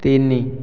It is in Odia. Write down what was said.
ତିନି